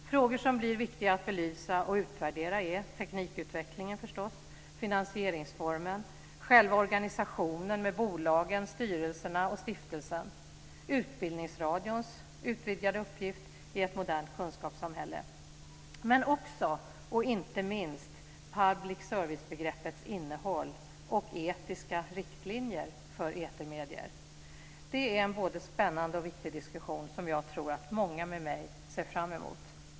Frågor som blir viktiga att belysa och utvärdera är teknikutvecklingen, finansieringsformen, själva organisationen med bolagen, styrelserna och stiftelsen samt Utbildningsradions utvidgade uppgift i ett modernt kunskapssamhälle. Men det gäller också inte minst public service-begreppets innehåll och etiska riktlinjer för etermedier. Det är en både spännande och viktig diskussion som jag tror att många med mig ser fram emot.